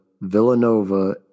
Villanova